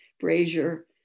brazier